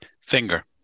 finger